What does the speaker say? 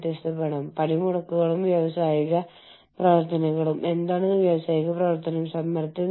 നിങ്ങൾ കെട്ടിടങ്ങൾ വാങ്ങുക എന്നതാണ് ബ്രൌൺഫീൽഡ് സമീപനം